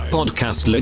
Podcast